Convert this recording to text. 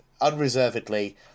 unreservedly